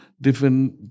different